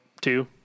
two